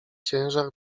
ciężar